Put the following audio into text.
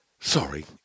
Sorry